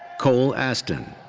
cole aston.